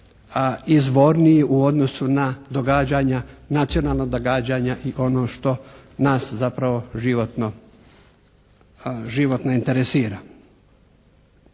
izvorniji u odnosu na događanja, nacionalna događanja i ono što nas zapravo životno interesira.